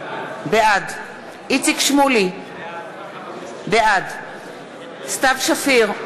בעד איציק שמולי, בעד סתיו שפיר,